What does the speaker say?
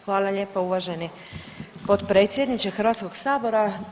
Hvala lijepa uvaženi potpredsjedniče Hrvatskog sabora.